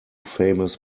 famous